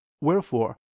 Wherefore